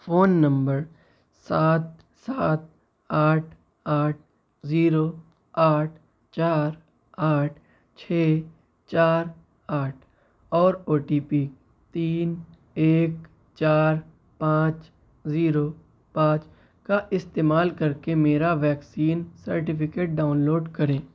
phone number سات سات آٹھ آٹھ زیرو آٹھ چار آٹھ چھ چار آٹھ اور او ٹی پی تین ایک چار پانچ زیرو پانچ کا استعمال کر کے میرا ویکسین سرٹیفکیٹ ڈاؤن لوڈ کریں